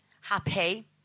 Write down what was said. happy